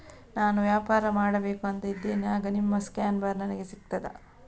ನಾನು ವ್ಯಾಪಾರ ಮಾಡಬೇಕು ಅಂತ ಇದ್ದೇನೆ, ಆಗ ನಿಮ್ಮ ಸ್ಕ್ಯಾನ್ ಬಾರ್ ನನಗೆ ಸಿಗ್ತದಾ?